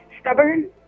stubborn